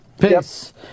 Peace